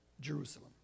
Jerusalem